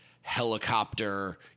helicopter